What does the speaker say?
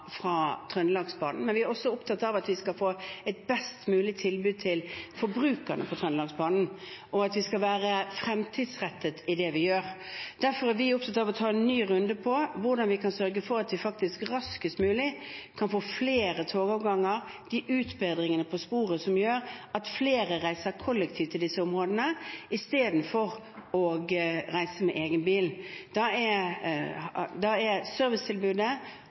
men vi er også opptatt av å få et best mulig tilbud til forbrukerne på Trønderbanen, og at vi skal være fremtidsrettet i det vi gjør. Derfor er vi opptatt av å ta en ny runde på hvordan vi kan sørge for at vi raskest mulig kan få flere togavganger og de utbedringene på sporet som gjør at flere reiser kollektivt i disse områdene istedenfor å reise med egen bil. Da er servicetilbudet og avgangene blant de viktigste tingene vi kan gjøre noe med. Det er